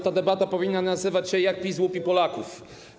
Ta debata powinna nazywać się: jak PiS łupi Polaków.